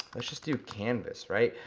let's just do canvas, right.